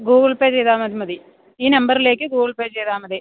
Google Pay ചെയ്താൽ അതു മതി ഈ നമ്പറിലേക്ക് ഗൂഗിൾ പേ ചെയ്താൽ മതി